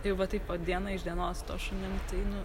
jau va taip va diena iš dienos su tuo šunim tai nu